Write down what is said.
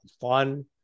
fun